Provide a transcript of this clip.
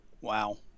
Wow